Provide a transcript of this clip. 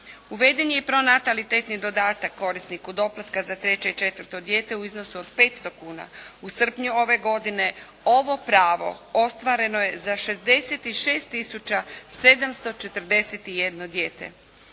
Uveden je i pronatalitetni dodatak korisniku doplatka za treće i četvrto dijete u iznosu od 500 kuna. U srpnju ove godine ovo pravo ostvareno je za 66 tisuća 741 dijete.